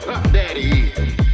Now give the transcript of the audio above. Daddy